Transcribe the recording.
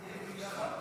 שנתקבלה,